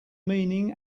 meaning